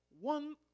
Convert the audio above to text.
one